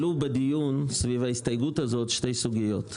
בדיון סביב ההסתייגות הזאת שתי סוגיות.